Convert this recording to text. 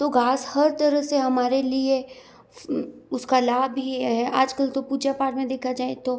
तो घास हर तरह से हमारे लिए उसका लाभ ही है आजकल तो पूजा पाठ में देखा जाये तो